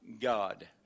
God